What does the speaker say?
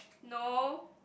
no